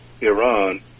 Iran